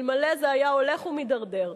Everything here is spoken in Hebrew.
אלמלא זה היה הולך ומידרדר.